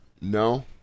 No